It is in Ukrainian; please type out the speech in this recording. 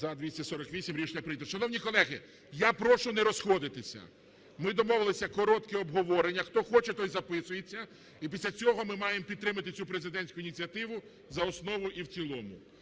За-248 Рішення прийнято. Шановні колеги, я прошу не розходитися. Ми домовилися, коротке обговорення, хто хоче, той записується. І після цього ми маємо підтримати цю президентську ініціативу за основу і в цілому.